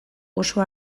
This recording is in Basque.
oso